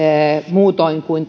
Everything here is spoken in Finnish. muutoin kuin